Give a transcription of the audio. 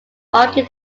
argued